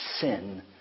sin